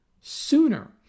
sooner